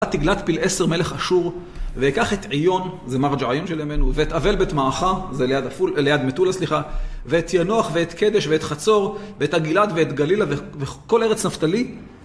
תגלת פיל עשר, מלך אשור, ויקח את עיון, זה מרג'ר עיון של ימינו, ואת עוול בית מעכה, זה ליד עפול ליד מטולה, סליחה, ואת ינוח, ואת קדש, ואת חצור, ואת הגילת, ואת גלילה, וכל ארץ נפתלי.